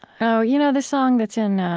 um you know, the song that's in